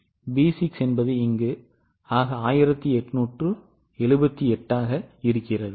B 6 என்பது இங்கு ஆக 1878 உள்ளது